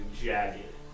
jagged